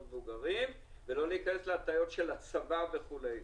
מבוגרים ולא להיכנס להטעיות של הצבא וכולי.